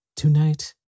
Tonight